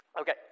Okay